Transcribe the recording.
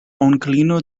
onklino